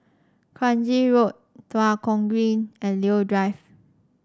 Kranji Road Tua Kong Green and Leo Drive